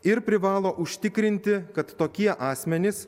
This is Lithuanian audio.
ir privalo užtikrinti kad tokie asmenys